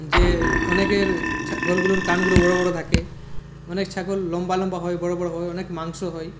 যে অনেকের ছাগলগুলোর কানগুলো বড়ো বড়ো থাকে অনেক ছাগল লম্বা লম্বা হয় বড়ো বড়ো হয় অনেক মাংস হয়